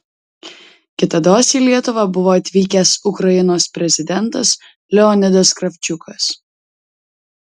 kitados į lietuvą buvo atvykęs ukrainos prezidentas leonidas kravčiukas